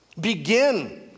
begin